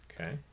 Okay